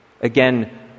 Again